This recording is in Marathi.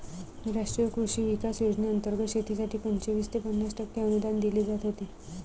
राष्ट्रीय कृषी विकास योजनेंतर्गत शेतीसाठी पंचवीस ते पन्नास टक्के अनुदान दिले जात होते